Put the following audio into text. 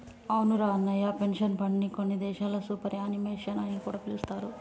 అవునురా అన్నయ్య పెన్షన్ ఫండ్ని కొన్ని దేశాల్లో సూపర్ యాన్యుమేషన్ అని కూడా పిలుస్తారు